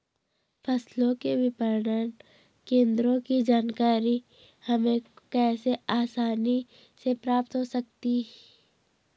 फसलों के विपणन केंद्रों की जानकारी हमें कैसे आसानी से प्राप्त हो सकती?